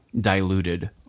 diluted